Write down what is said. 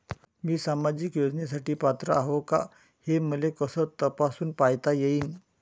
मी सामाजिक योजनेसाठी पात्र आहो का, हे मले कस तपासून पायता येईन?